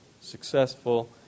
successful